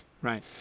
right